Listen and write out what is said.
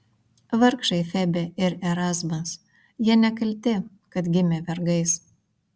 vargšai febė ir erazmas jie nekalti kad gimė vergais